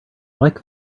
like